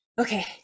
Okay